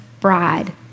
bride